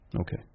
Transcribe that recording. Okay